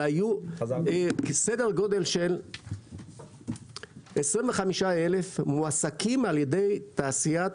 אבל היו סדר גודל של 25 אלף מועסקים על ידי תעשיית